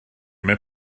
mae